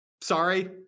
sorry